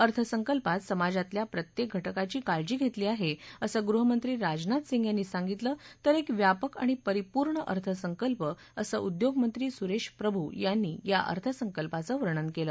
अर्थसंकल्पात समाजातल्या प्रत्येक घटकाची काळजी घेतली आहे असं गृहमंत्री राजनाथ सिंग यांनी सांगितलंतर एक व्यापक आणि परिपूर्ण अर्थसंकल्प असं उद्योग मंत्री सुरेश प्रभू यांनी या अर्थसंकल्पाचं वर्णन केलं